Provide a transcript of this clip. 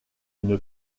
une